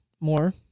more